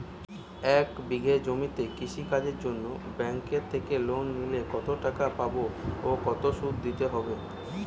এক বিঘে জমিতে কৃষি কাজের জন্য ব্যাঙ্কের থেকে লোন নিলে কত টাকা পাবো ও কত শুধু দিতে হবে?